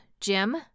Jim